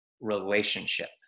relationship